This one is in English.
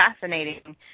fascinating